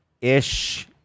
ish